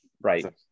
Right